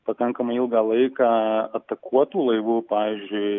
pakankamai ilgą laiką atakuotų laivų pavyzdžiui